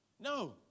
No